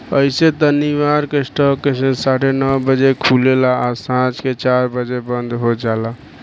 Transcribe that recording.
अइसे त New York stock exchange साढ़े नौ बजे खुलेला आ सांझ के चार बजे बंद हो जाला